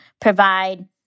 provide